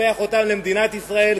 נספח אותם למדינת ישראל,